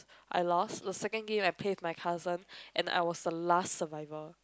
I lost the second game I play with my cousin and I was the last survivor